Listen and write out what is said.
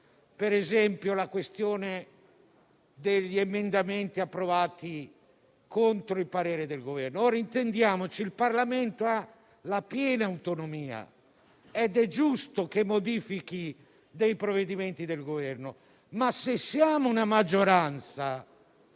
per esempio - agli emendamenti approvati contro il parere del Governo. Intendiamoci: il Parlamento ha piena autonomia ed è giusto che modifichi i provvedimenti del Governo, ma se siamo una maggioranza,